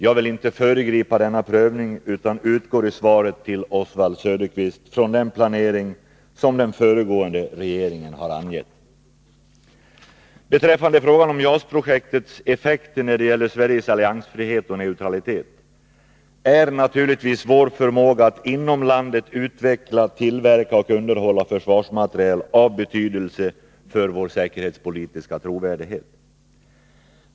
Jag vill inte föregripa denna prövning, utan utgår i svaret till Oswald Söderqvist från den planering som den föregående regeringen har angett. Beträffande frågan om JAS-projektets effekter när det gäller Sveriges alliansfrihet och neutralitet är naturligtvis vår förmåga att inom landet utveckla, tillverka och underhålla försvarsmateriel av betydelse för vår säkerhetspolitiska trovärdighet.